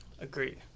Agreed